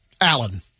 Allen